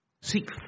Seek